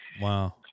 Wow